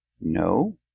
No